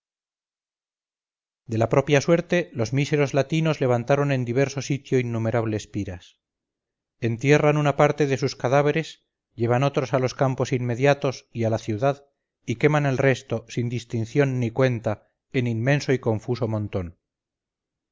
de la propia suerte los míseros latinos levantaron en diverso sitio innumerables piras entierran una parte de sus cadáveres llevan otros a los campos inmediatos y a la ciudad y queman el resto sin distinción ni cuenta en inmenso y confuso montón